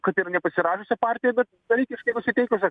kad ir nepasirašiusią partiją bet dalykiškai nusiteikusią